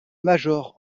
major